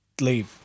leave